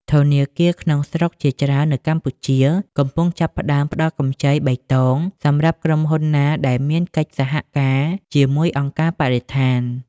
ធនាគារក្នុងស្រុកជាច្រើននៅកម្ពុជា កំពុងចាប់ផ្ដើមផ្ដល់កម្ចីបៃតងសម្រាប់ក្រុមហ៊ុនណាដែលមានកិច្ចសហការជាមួយអង្គការបរិស្ថាន។